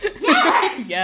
Yes